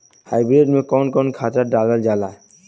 Hybrid में कउन कउन खाद डालल जाला?